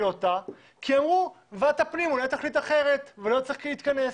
אותה כי אמרו שוועדת הפנים אולי תחליט אחרת ולא צריך להתכנס.